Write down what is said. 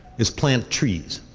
is plant trees.